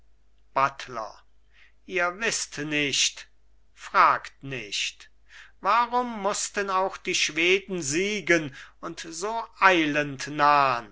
buttler ihr wißt nicht fragt nicht warum mußten auch die schweden siegen und so eilend